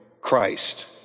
Christ